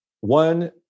one